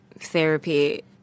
therapy